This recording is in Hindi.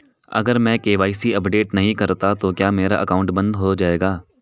अगर मैं के.वाई.सी अपडेट नहीं करता तो क्या मेरा अकाउंट बंद हो जाएगा?